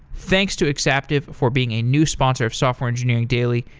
thanks to exaptive for being a new sponsor of software engineering daily.